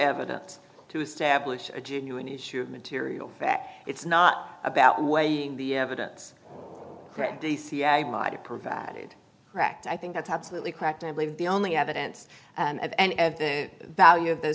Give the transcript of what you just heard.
evidence to establish a genuine issue of material fact it's not about weighing the evidence to provide correct i think that's absolutely correct i believe the only evidence and the value of th